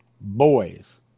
boys